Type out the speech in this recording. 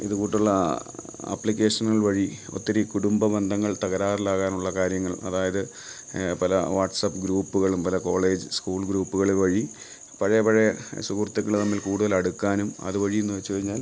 ഇത് കൂട്ടുള്ള ആപ്ലിക്കേഷനുകൾ വഴി ഒത്തിരി കുടുംബബന്ധങ്ങൾ തകരാറിലാകാനുള്ള കാര്യങ്ങൾ അതായത് പല വാട്ട്സ്ആപ്പ് ഗ്രൂപ്പുകളും പല കോളേജ് സ്കൂൾ ഗ്രൂപ്പുകൾ വഴി പഴയ പഴയ സുഹൃത്തുക്കൾ തമ്മിൽ കൂടുതൽ അടുക്കാനും അതുവഴിയെന്നു വച്ച് കഴിഞ്ഞാൽ